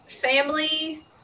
family